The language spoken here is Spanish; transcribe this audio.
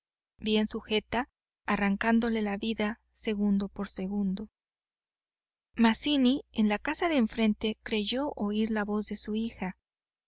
bien sujeta arrancándole la vida segundo por segundo mazzini en la casa de enfrente creyó oir la voz de su hija